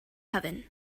heaven